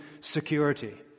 security